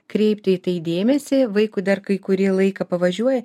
kreipt į tai dėmesį vaikui dar kai kurį laiką pavažiuoja